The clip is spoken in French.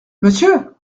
monsieur